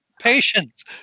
patience